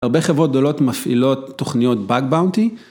הרבה חברות גדולות מפעילות תוכניות Back Bounty.